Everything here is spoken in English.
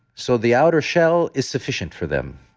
so the outer shell is sufficient for them.